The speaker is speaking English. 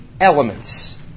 elements